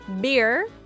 beer